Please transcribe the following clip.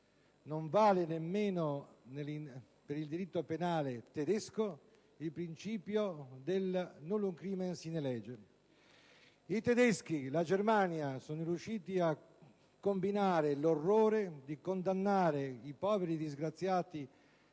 non vale nemmeno, per il diritto penale tedesco, il principio del *nullum crimen sine lege*. I tedeschi sono riusciti a compiere l'orrore di condannare i poveri disgraziati